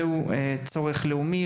זהו צורך לאומי.